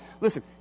Listen